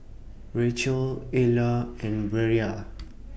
Rachelle Eulah and Brea